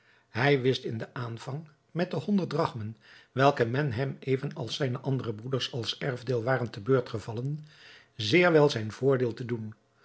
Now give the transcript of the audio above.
hij wist in den aanvang met de honderd drachmen welke hem even als zijne andere broeders als erfdeel waren te beurt gevallen zeer wel zijn voordeel te doen